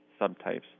subtypes